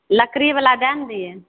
लकड़ी बला दै ने दिए